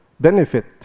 Benefit